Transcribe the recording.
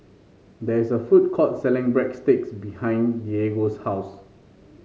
there is a food court selling Breadsticks behind Diego's house